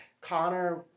Connor